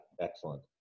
Excellent